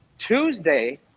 Tuesday